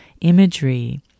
imagery